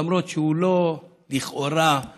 למרות שהוא לכאורה לא